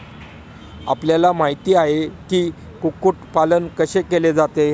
आपल्याला माहित आहे की, कुक्कुट पालन कैसे केले जाते?